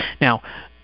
Now